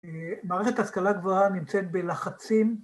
מערכת השכלה גבוהה נמצאת בלחצים